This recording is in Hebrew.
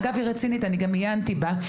אגב, עיינתי בה והיא רצינית.